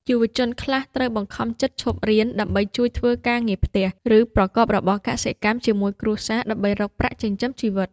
យុវជនខ្លះត្រូវបង្ខំចិត្តឈប់រៀនដើម្បីជួយធ្វើការងារផ្ទះ ឬប្រកបរបរកសិកម្មជាមួយគ្រួសារដើម្បីរកប្រាក់ចិញ្ចឹមជីវិត។